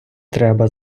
треба